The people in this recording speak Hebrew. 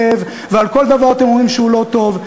זאב" ועל כל דבר אתם אומרים שהוא לא טוב,